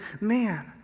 man